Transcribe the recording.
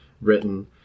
written